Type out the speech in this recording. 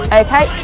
okay